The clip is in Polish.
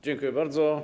Dziękuję bardzo.